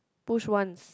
push once